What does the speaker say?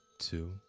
two